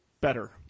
better